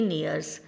years